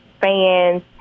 fans